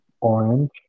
orange